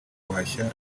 guhashya